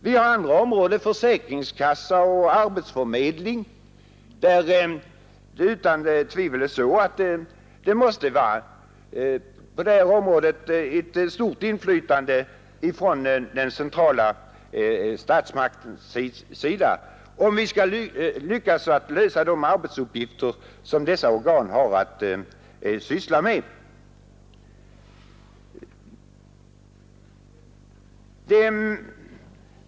Vi har andra områden, såsom försäkringskassa och arbetsförmedling, där det utan tvivel måste vara ett stort inflytande från statsmaktens sida, om vi skall lyckas lösa de arbetsuppgifter som vederbörande organ har att syssla med.